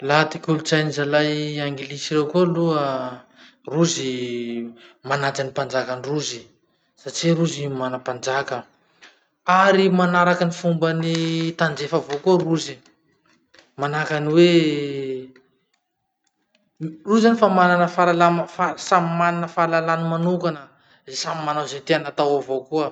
Laha ty kolotsain'ny zalahy anglisy reo koa aloha, rozy manaja ny mpanjakan-drozy satria rozy mana mpanjaka. Ary manaraky ny fomban'ny tandrefa avao koa rozy. Manahaky any hoe, rozy zany fa mana fara- samy mana ty fahalalahany manoka de samy manao ze tianao avao koa?